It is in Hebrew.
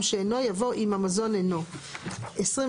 "שאינו" יבוא "אם המזון אינו"; ׁ(21)